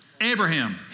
Abraham